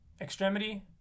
Extremity